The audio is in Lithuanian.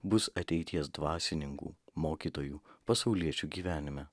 bus ateities dvasininkų mokytojų pasauliečių gyvenime